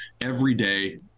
everyday